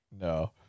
No